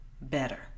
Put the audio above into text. better